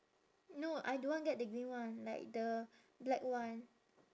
no I don't want get the green one like the black one